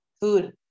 food